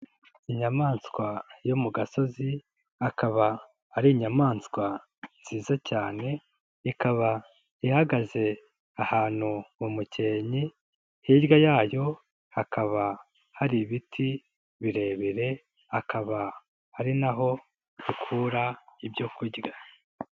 Inyamaswa yo mu gasozi, akaba ari inyamaswa nziza cyane, ikaba ihagaze ahantu umukenyi, hirya yayo hakaba hari ibiti birebire, akaba ari naho ikura ibyorya.